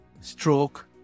stroke